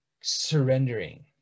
surrendering